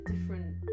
different